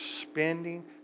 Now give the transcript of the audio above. spending